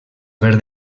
haver